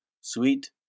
sweet